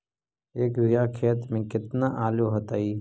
एक बिघा खेत में केतना आलू होतई?